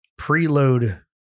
preload